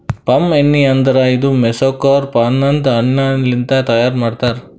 palm ಎಣ್ಣಿ ಅಂದುರ್ ಇದು ಮೆಸೊಕಾರ್ಪ್ ಅನದ್ ಹಣ್ಣ ಲಿಂತ್ ತೈಯಾರ್ ಮಾಡ್ತಾರ್